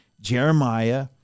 Jeremiah